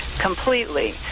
completely